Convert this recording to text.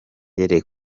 yose